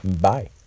Bye